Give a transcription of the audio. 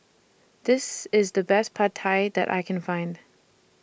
This IS The Best Pad Thai that I Can Find